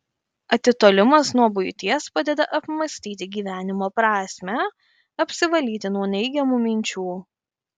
atitolimas nuo buities padeda apmąstyti gyvenimo prasmę apsivalyti nuo neigiamų minčių